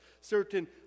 Certain